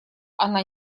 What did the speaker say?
она